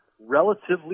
relatively